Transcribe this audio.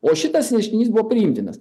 o šitas ieškinys buvo priimtinas